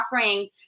offering